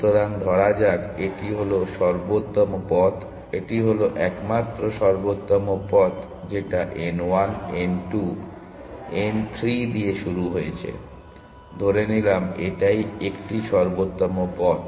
সুতরাং ধরা যাক এটি হল সর্বোত্তম পথ এটি হল একমাত্র সর্বোত্তম পথ যেটা n 1 n 2 n 3 দিয়ে শুরু হয়েছে ধরে নিলাম এটাই একটি সর্বোত্তম পথ